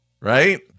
Right